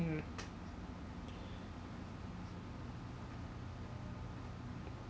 mm